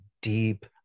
deep